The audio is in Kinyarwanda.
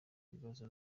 ibibazo